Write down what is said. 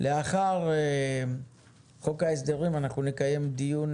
לאחר חוק ההסדרים אנחנו נקיים דיון,